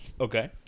Okay